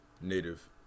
native